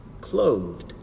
Clothed